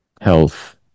health